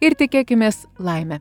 ir tikėkimės laimę